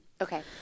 Okay